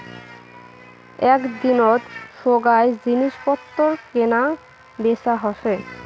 এক দিনত সোগায় জিনিস পত্তর কেনা বেচা হসে